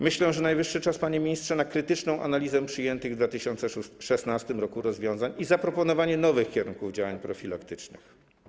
Myślę, że najwyższy czas, panie ministrze, na krytyczną analizę przyjętych w 2016 r. rozwiązań i zaproponowanie nowych kierunków działań profilaktycznych.